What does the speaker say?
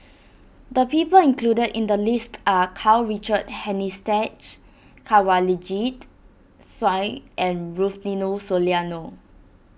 the people included in the list are Karl Richard Hanitsch Kanwaljit Soin and Rufino Soliano